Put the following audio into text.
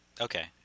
Okay